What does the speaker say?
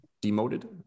demoted